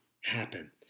happen